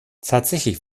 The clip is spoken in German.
tatsächlich